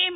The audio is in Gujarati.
એમ